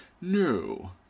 no